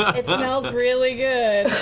it smells really good.